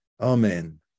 Amen